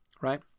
right